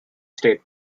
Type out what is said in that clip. state